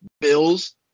Bills